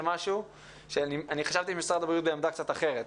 משהו שחשבתי שמשרד הבריאות הוא בעמדה קצת אחרת.